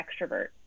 extrovert